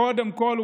קודם כול,